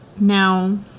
Now